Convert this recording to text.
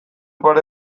pare